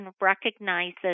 recognizes